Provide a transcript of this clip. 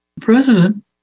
president